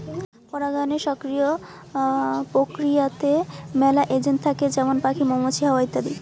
পরাগায়নের সক্রিয় প্রক্রিয়াতে মেলা এজেন্ট থাকে যেমন পাখি, মৌমাছি, হাওয়া ইত্যাদি